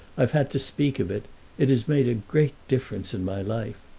i've had to speak of it it has made a great difference in my life.